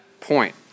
point